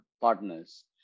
Partners